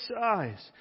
size